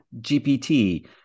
GPT